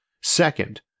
Second